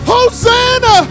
Hosanna